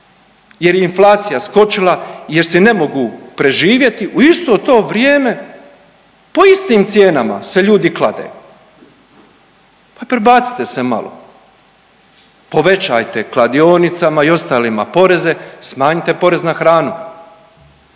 jer je inflacija skočila, jer se ne mogu preživjeti u isto to vrijeme po istim cijenama se ljudi klade. Prebacite se malo. Povećajte kladionicama i ostalima poreze, smanjite porez na hranu.